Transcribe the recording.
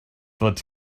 but